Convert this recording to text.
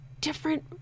different